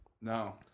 No